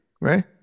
right